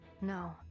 no